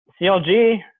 clg